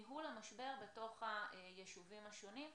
ניהול המשבר בתוך היישובים השונים.